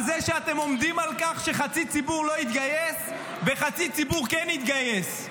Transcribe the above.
על זה שאתם עומדים על כך שחצי ציבור לא יתגייס וחצי ציבור כן יתגייס,